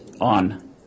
on